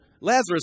Lazarus